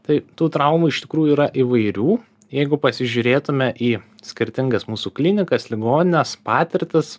tai tų traumų iš tikrųjų yra įvairių jeigu pasižiūrėtume į skirtingas mūsų klinikas ligonines patirtis